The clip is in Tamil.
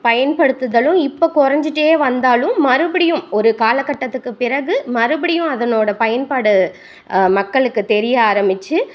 பயன்படுத்துதலும் இப்போ குறைஞ்சிட்டே வந்தாலும் மறுபடியும் ஒரு காலகட்டத்துக்கு பிறகு மறுபடியும் அதனோடய பயன்பாடு மக்களுக்கு தெரிய ஆரமித்து